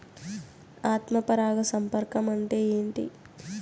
ఆత్మ పరాగ సంపర్కం అంటే ఏంటి?